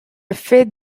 fait